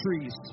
trees